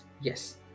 yes